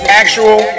actual